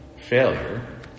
Failure